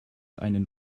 einen